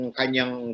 kanyang